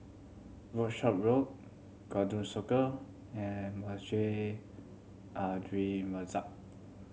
Workshop Road Circle and Masjid Al Mazak